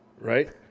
Right